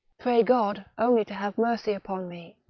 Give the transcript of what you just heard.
pray god only to have mercy upon me,